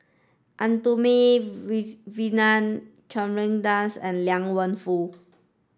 Arumugam Vijiaratnam Chandra Das and Liang Wenfu